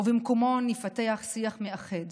ובמקומו נפתח שיח מאחד